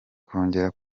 kongera